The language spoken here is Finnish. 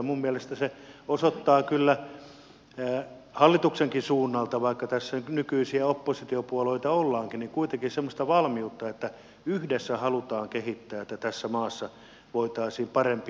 minun mielestä se osoittaa kyllä hallituksenkin suunnalta vaikka tässä nykyisiä oppositiopuolueita olemmekin kuitenkin semmoista valmiutta että yhdessä halutaan kehittää että tässä maassa voitaisiin parempi huominen nähdä